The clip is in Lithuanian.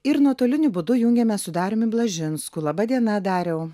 ir nuotoliniu būdu jungiamės su dariumi blažinsku laba diena dariau